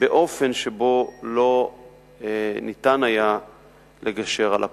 באופן שבו לא היה אפשר לגשר על הפער.